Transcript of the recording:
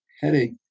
headache